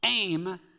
Aim